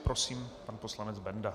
Prosím, pan poslanec Benda.